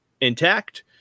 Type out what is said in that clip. intact